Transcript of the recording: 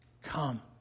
Come